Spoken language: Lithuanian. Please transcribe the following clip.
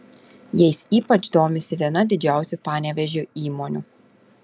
jais ypač domisi viena didžiausių panevėžio įmonių